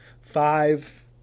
five